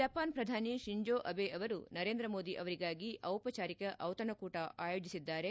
Japan ಪ್ರಧಾನಿ Shinzo Abe ಅವರು ನರೇಂದ್ರ ಮೋದಿ ಅವರಿಗಾಗಿ ದಿಪಚಾರಿಕ ದಿತಣಕೂಟ ಅಯೋಜಿಸಿದ್ದಾರೆ